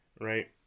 right